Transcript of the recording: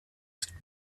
ist